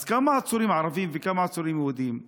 אז כמה עצורים ערבים וכמה עצורים יהודים יש?